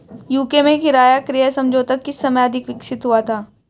UK में किराया क्रय समझौता किस समय अधिक विकसित हुआ था?